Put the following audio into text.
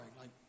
right